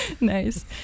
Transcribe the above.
Nice